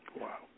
Wow